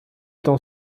temps